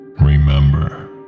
remember